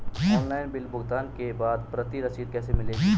Online bill भुगतान के बाद प्रति रसीद कैसे मिलेगी?